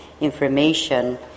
information